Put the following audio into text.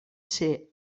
ser